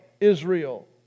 Israel